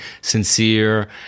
sincere